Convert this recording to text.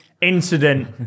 incident